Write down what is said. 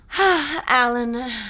Alan